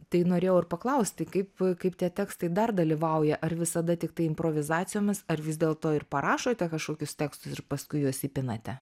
tai norėjau ir paklausti kaip kaip tie tekstai dar dalyvauja ar visada tiktai improvizacijomis ar vis dėlto ir parašote kažkokius tekstus ir paskui juos įpinate